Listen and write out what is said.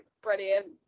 Brilliant